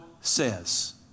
says